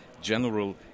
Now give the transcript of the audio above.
general